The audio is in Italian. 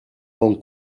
con